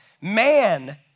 Man